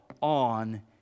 on